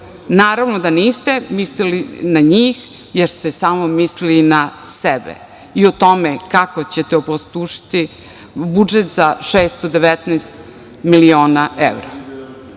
Naravno da niste mislili na njih, jer ste samo mislili na sebe i o tome kako ćete opustošiti budžet za 619 miliona evra. Vi